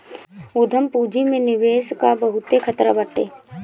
उद्यम पूंजी में निवेश कअ बहुते खतरा बाटे